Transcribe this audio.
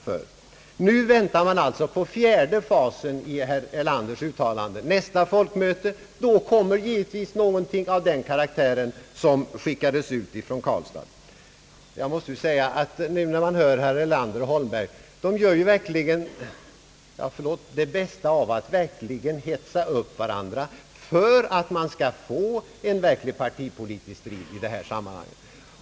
Jag väntar nu bara på fjärde fasen i herr Erlanders uttalanden — vid nästa folkmöte kommer givetvis någonting av samma karaktär som skickades ut från Karlstad. När man hör herrar Erlander och Holmberg måste jag säga att de verkligen gör — ja, förlåt — sitt bästa för att hetsa upp varandra och få till stånd en partipolitisk strid i detta sammanhang.